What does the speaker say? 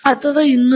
ಮತ್ತು ಇನ್ನೂ